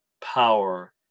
power